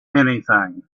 anything